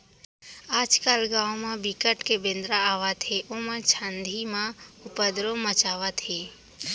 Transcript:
आजकाल गाँव म बिकट के बेंदरा आवत हे ओमन छानही म उपदरो मचावत हे